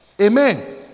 amen